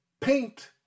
Paint